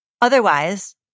Otherwise